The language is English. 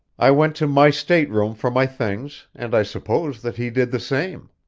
i went to my stateroom for my things and i suppose that he did the same.